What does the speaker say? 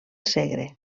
segre